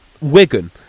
Wigan